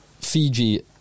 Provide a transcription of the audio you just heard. Fiji